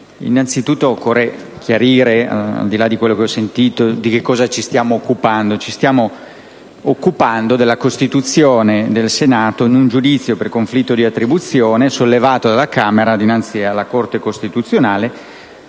innanzitutto occorre chiarire, al di là di quello che ho sentito, di cosa ci stiamo occupando. Ci stiamo occupando della costituzione del Senato in un giudizio per conflitto di attribuzione sollevato dalla Camera dinanzi alla Corte costituzionale,